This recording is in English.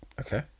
okay